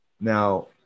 Now